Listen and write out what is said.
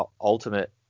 Ultimate